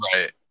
Right